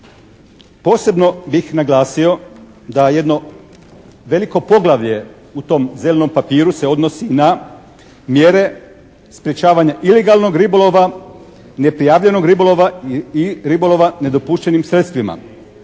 Posebno bih naglasio da jedno veliko poglavlje u tom zelenom papiru se odnosi na mjere sprečavanja ilegalnog ribolova, neprijavljenog ribolova i ribolova nedopuštenim sredstvima.